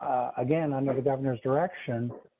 again i'm never governor's direction.